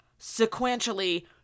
Sequentially